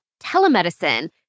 telemedicine